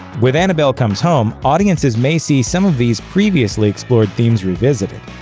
with annabelle comes home, audiences may see some of these previously explored themes revisited.